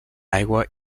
aigua